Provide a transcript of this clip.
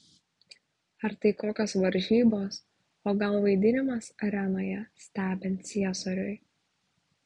ar tai kokios varžybos o gal vaidinimas arenoje stebint ciesoriui